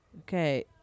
Okay